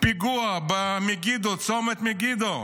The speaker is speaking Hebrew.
פיגוע בצומת מגידו.